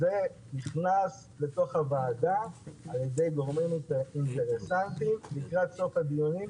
זה נכנס אל תוך הוועדה על ידי גורמים אינטרסנטיים לקראת סוף הדיונים,